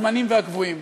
הזמניים והקבועים.